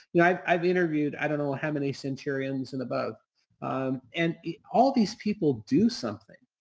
you know, i've i've interviewed i don't know how many centurions and above and all these people do something.